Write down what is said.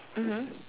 mmhmm